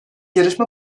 yarışma